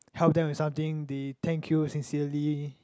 help them with something they thank you sincerely